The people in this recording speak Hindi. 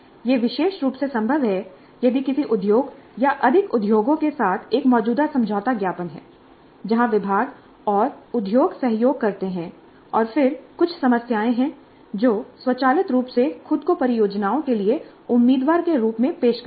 यह विशेष रूप से संभव है यदि किसी उद्योग या अधिक उद्योगों के साथ एक मौजूदा समझौता ज्ञापन है जहां विभाग और उद्योग सहयोग करते हैं और फिर कुछ समस्याएं हैं जो स्वचालित रूप से खुद को परियोजनाओं के लिए उम्मीदवार के रूप में पेश करती हैं